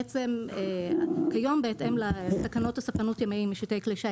בעצם כיום בהתאם לתקנות הספנות ימאים משיטי כלי שיט